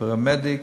פרמדיק,